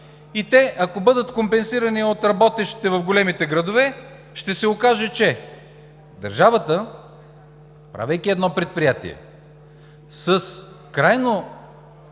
И те, ако бъдат компенсирани от работещите в големите градове, ще се окаже, че държавата, правейки едно предприятие с крайно